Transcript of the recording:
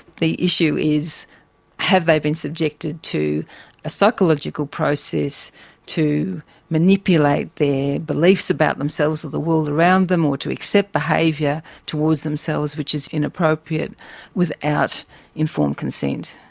the issue is have they been subjected to a psychological process to manipulate their beliefs about themselves or the world around them, or to accept behaviour towards themselves which is inappropriate without informed consent.